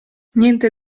niente